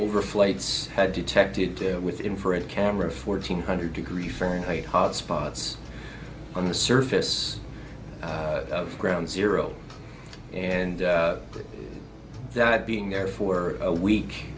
overflights had detected to do with infrared cameras fourteen hundred degree fahrenheit hot spots on the surface of ground zero and that being there for a week